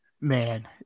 man